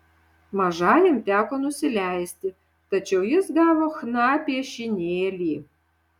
mažajam teko nusileisti tačiau jis gavo chna piešinėlį